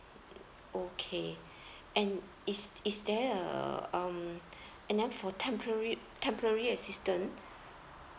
okay and is is there a um and then for temporary temporary assistant